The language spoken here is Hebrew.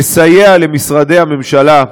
תסייע למשרדי הממשלה,